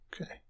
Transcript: Okay